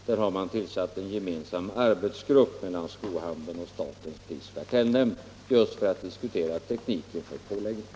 Där har man tillsatt en arbetsgrupp som är gemensam för skohandeln och statens prisoch kartellnämnd just för att diskutera tekniken för påläggen.